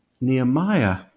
Nehemiah